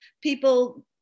people